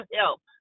help